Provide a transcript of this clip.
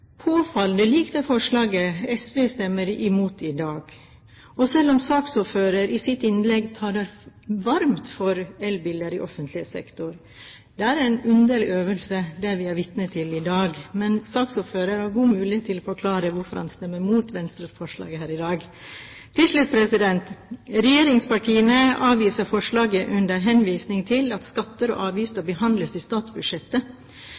det forslaget SV stemmer imot i dag, til tross for at saksordføreren i sitt innlegg taler varmt for elbiler i offentlig sektor. Det er en underlig øvelse vi er vitne til, men saksordføreren har god mulighet til å forklare hvorfor han stemmer imot Venstres forslag her i dag. Regjeringspartiene avviser forslaget under henvisning til at skatter og avgifter behandles i statsbudsjettet.